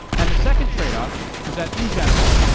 and the second trade off is that, in general,